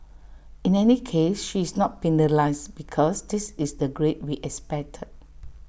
in any case she is not penalised because this is the grade we expected